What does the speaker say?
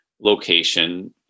location